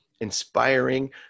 inspiring